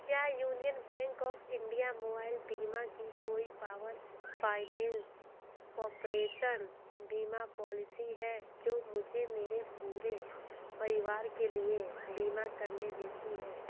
क्या union bank of India mobile बीमा की कोई पावर फाइनेंस कॉपरेसन बीमा पॉलिसी है जो मुझे मेरे पूरे परिवार के लिए बीमा करने देती है